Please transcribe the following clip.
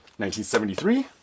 1973